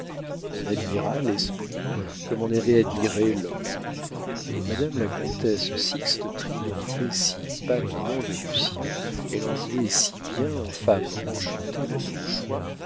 on admira l'esprit comme on avait admiré l'homme madame la comtesse sixte triomphait si patiemment de lucien elle en jouait si bien en femme enchantée de son choix